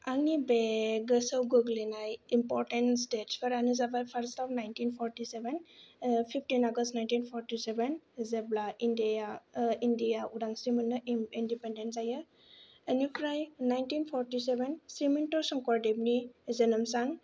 आंनि बे गोसोआव गोग्लैनाय इम्प'र्टेन्ट डेट्सफोरानो जाबाय फार्स्टाव nineteen forty seven fifteen August' nineteen forty seven जेब्ला इण्डियाआ उदांस्रि मोनो इन्डिपेन्डेन्ट जायो बेनिफ्राय नाइन्टिन फर्टिसेभेन स्रिमन्त शंकरदेबनि जोनोमसान